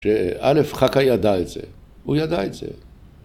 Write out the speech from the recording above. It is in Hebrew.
‫שאלף חכה ידע את זה. ‫הוא ידע את זה.